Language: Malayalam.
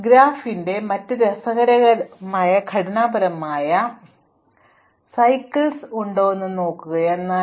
ഗ്രാഫിന്റെ മറ്റ് രസകരമായ ഘടനാപരമായ സ്വത്ത് അതിന് ചക്രങ്ങളുണ്ടോ ഇല്ലയോ എന്നതാണ്